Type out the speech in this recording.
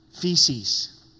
feces